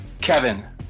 Kevin